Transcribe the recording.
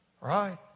right